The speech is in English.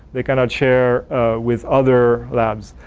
they cannot share with other labs.